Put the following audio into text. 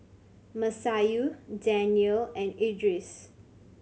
Masayu Daniel and Idris